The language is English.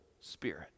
Spirit